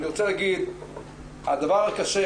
הדבר הקשה,